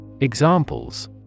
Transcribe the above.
Examples